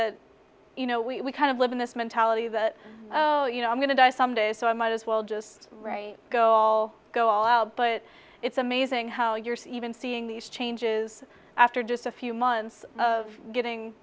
that you know we kind of live in this mentality that oh you know i'm going to die someday so i might as well just write go all go all out but it's amazing how you're even seeing these changes after just a few months of getting